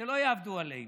כדי שלא יעבדו עלינו,